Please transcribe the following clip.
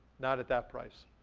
not at that price.